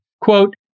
quote